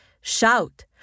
Shout